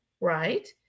right